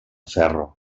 ferro